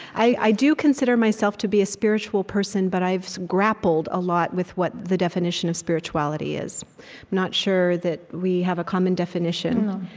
i do consider myself to be a spiritual person, but i've grappled a lot with what the definition of spirituality is. i'm not sure that we have a common definition.